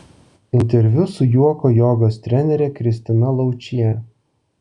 interviu su juoko jogos trenere kristina laučiene